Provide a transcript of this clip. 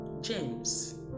James